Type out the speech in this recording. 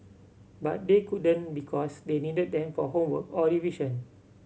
but they couldn't because they needed them for homework or revision